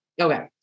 Okay